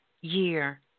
year